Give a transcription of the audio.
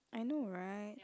I know right